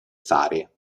fare